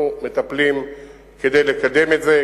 אנחנו מטפלים כדי לקדם את זה.